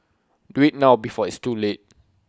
do IT now before it's too late